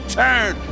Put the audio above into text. turn